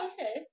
okay